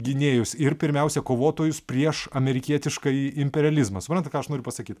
gynėjus ir pirmiausia kovotojus prieš amerikietiškąjį imperializmą suprantat ką aš noriu pasakyt